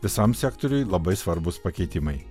visam sektoriui labai svarbūs pakeitimai